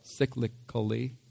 cyclically